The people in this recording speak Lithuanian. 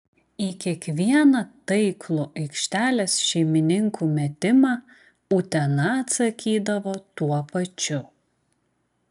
į kiekvieną taiklų aikštelės šeimininkių metimą utena atsakydavo tuo pačiu